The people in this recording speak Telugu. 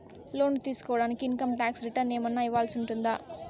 లోను తీసుకోడానికి ఇన్ కమ్ టాక్స్ రిటర్న్స్ ఏమన్నా ఇవ్వాల్సి ఉంటుందా